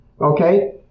okay